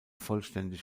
vollständig